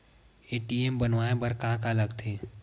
ATM बनवाय बर का का लगथे?